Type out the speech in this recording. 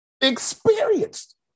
Experienced